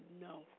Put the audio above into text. No